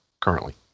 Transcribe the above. currently